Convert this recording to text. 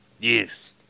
Yes